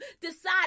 decide